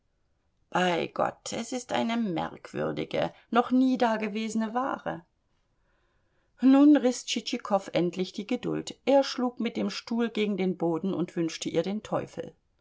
bei gott es ist eine merkwürdige noch nie dagewesene ware nun riß tschitschikow endlich die geduld er schlug mit dem stuhl gegen den boden und wünschte ihr den teufel